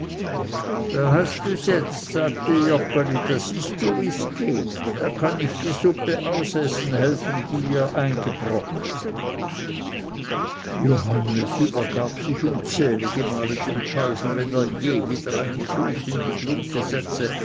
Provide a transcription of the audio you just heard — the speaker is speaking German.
da hast dus jetzt sagte joggeli da siehst dus wies geht da kann ich die suppe ausessen helfen die ihr eingebrockt johannes übergab sich unzählige male dem teufel wenn er je wieder einen fuß in die glungge setze